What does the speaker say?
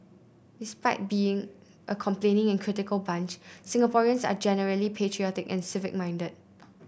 despite being a complaining and critical bunch Singaporeans are generally patriotic and civic minded